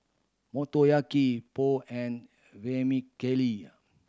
Motoyaki Pho and Vermicelli